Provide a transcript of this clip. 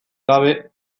gabe